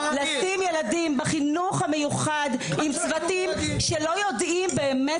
לשים ילדים בחינוך המיוחד עם צוותים שלא יודעים באמת